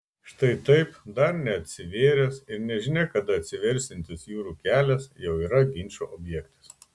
štai taip dar neatsivėręs ir nežinia kada atsiversiantis jūrų kelias jau yra ginčo objektas